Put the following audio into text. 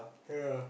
yeah